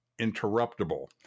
interruptible